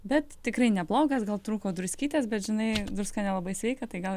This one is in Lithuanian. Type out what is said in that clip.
bet tikrai neblogas gal trūko druskytės bet žinai druska nelabai sveika tai gal